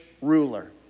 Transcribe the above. ruler